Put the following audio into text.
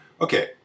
Okay